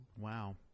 Wow